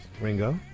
Ringo